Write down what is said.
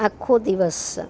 આખો દિવસ